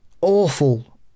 awful